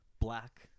black